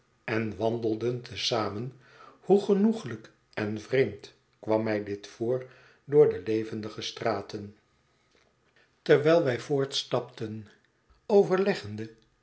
en wandelden te zamen hoe genoeglijk en vreemd kwam mij dit voor door de levendige straten terwijl wij voortstapten overleggende